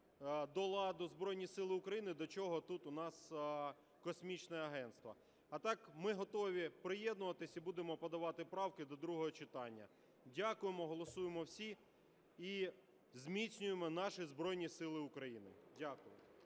до ладу Збройні Сили України. До чого тут у нас космічне агентство? А так ми готові приєднуватися і будемо подавати правки до другого читання. Дякуємо. Голосуємо всі і зміцнюємо наші Збройні Сили України. Дякую.